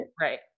Right